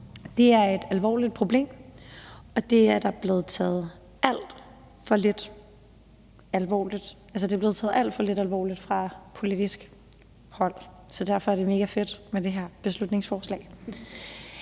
Det er et alvorligt problem, og det er blevet taget alt for lidt alvorligt fra politisk hold, så derfor er det mega fedt med det her beslutningsforslag.